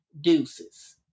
deuces